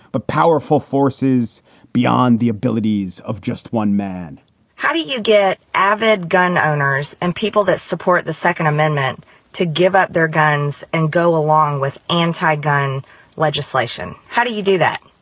but powerful forces beyond the abilities of just one man how do you get avid gun owners and people that support the second amendment to give up their guns and go along with anti-gun legislation? how do you do that?